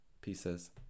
pieces